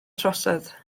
trosedd